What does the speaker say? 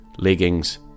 leggings